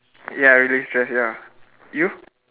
ya relieve stress ya you